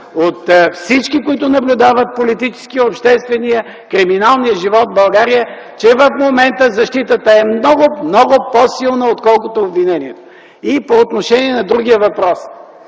от всички, които наблюдават политическия, обществения и криминалния живот в България, че в момента защитата е много, много по-силна, отколкото обвинението. По отношение на другия въпрос.